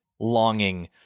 longing